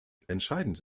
entscheidend